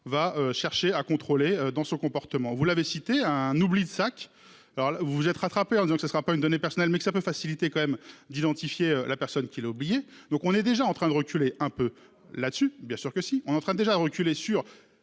va chercher à contrôler dans ce comportement. Vous l'avez cité un oubli de sacs. Alors vous vous êtes rattrapés en disant que ce sera pas une donnée personnelle mais que ça peut faciliter quand même d'identifier la personne qui l'a oublié. Donc on est déjà en train de reculer un peu là-dessus. Bien sûr que si on est en train déjà reculé sur